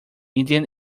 indian